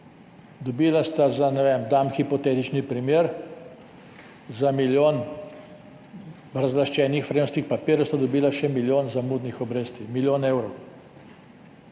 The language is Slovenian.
dokončna. Ne vem, dam hipotetični primer, za milijon razlaščenih vrednostnih papirjev sta dobila še milijon zamudnih obresti. Milijon evrov!